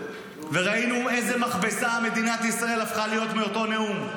ראינו איזו מכבסה מדינת ישראל הפכה להיות מאותו נאום.